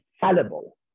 fallible